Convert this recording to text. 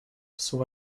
sont